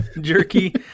jerky